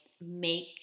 make